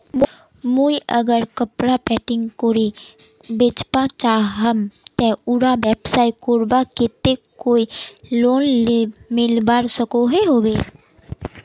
मुई अगर कपड़ा पेंटिंग करे बेचवा चाहम ते उडा व्यवसाय करवार केते कोई लोन मिलवा सकोहो होबे?